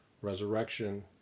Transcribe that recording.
resurrection